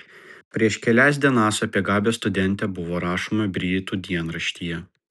prieš kelias dienas apie gabią studentę buvo rašoma britų dienraštyje